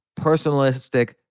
personalistic